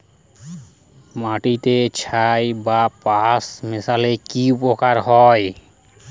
মাটিতে ছাই বা পাঁশ মিশালে কি উপকার হয়?